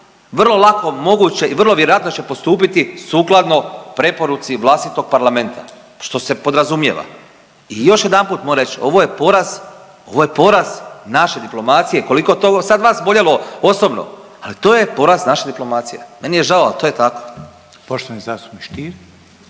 vrlo lako moguće i vrlo vjerojatno će postupiti sukladno preporuci vlastitog parlamenta što se podrazumijeva. I još mu reći ovo je poraz, ovo je poraz naše diplomacije koliko to sad vas boljelo osobno, ali to je poraz naše diplomacije. Meni je žao, ali to je tako.